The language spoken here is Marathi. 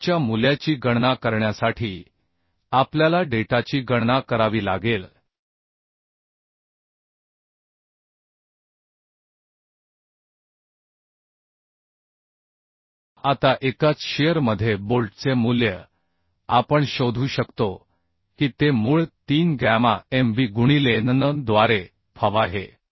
बोल्टच्या मूल्याची गणना करण्यासाठी आपल्याला डेटाची गणना करावी लागेल आता एकाच शिअर मध्ये बोल्टचे मूल्य आपण शोधू शकतो की ते मूळ 3 गॅमा mb गुणिले nn द्वारे fubआहे